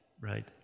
Right